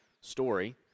story